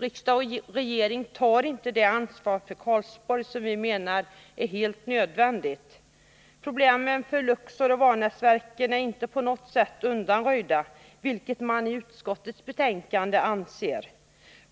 Riksdag och regering tar inte det ansvar för Karlsborg som vi menar att det är helt nödvändigt att ta. Problemen för Luxor och Vanäsverken är inte på något sätt undanröjda, vilket utskottsmajoriteten anser.